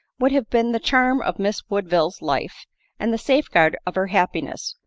would have been the charm of miss woodville's, life and the safeguard of her happiness,